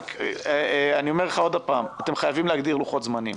רק אני אומר לך עוד הפעם: אתם חייבים להגדיר לוחות זמנים,